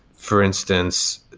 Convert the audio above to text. for instance,